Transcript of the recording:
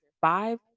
five